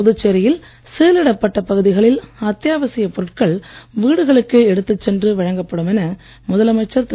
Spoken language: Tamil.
புதுச்சேரியில் சீலிடப்பட்ட பகுதிகளில் அத்தியாவசியப் பொருட்கள் வீடுகளுக்கே எடுத்துச் சென்று வழங்கப் படும் என முதலமைச்சர் திரு